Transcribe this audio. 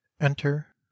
Enter